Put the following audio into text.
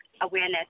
awareness